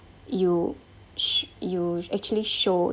you sh~ you actually show